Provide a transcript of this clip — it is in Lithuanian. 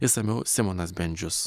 išsamiau simonas bendžius